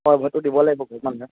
হয়ভৰতো দিব লাগিব ঘৰৰ মানুহে